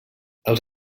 els